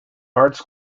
hearts